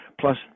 plus